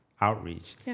outreach